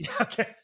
Okay